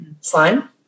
slime